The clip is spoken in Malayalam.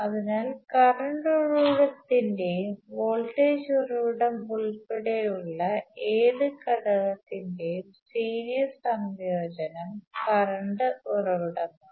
അതിനാൽ കറണ്ട് ഉറവിടത്തിന്റെയും വോൾട്ടേജ് ഉറവിടം ഉൾപ്പെടെയുള്ള ഏത് ഘടകത്തിന്റെയും സീരീസ് സംയോജനം കറണ്ട് ഉറവിടമാണ്